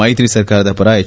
ಮೈತ್ರಿ ಸರ್ಕಾರದ ಪರ ಎಚ್